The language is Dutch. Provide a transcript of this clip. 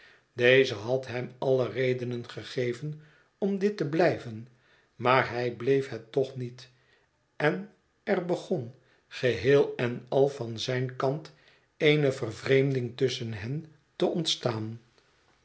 deze had hem alle redenen gegeven om dit te blijven maar hij bleef het toch n iet en er begon geheel en al van zijn kant eene vervreemding tusschen hen te ontstaan